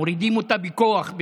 מורידים אותה בכוח,